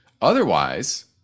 Otherwise